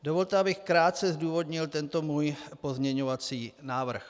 Dovolte, abych krátce zdůvodnil tento svůj pozměňovací návrh.